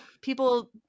people